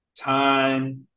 time